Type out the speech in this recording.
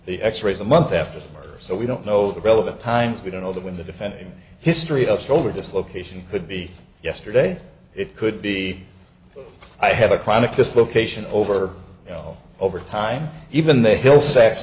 the x rays a month after the murder so we don't know the relevant times we don't know that when the defending history of shoulder dislocation could be yesterday it could be i have a chronic dislocation over you know over time even the hill sex